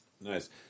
Nice